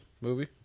movie